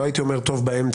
לא הייתי אומר טוב באמצע,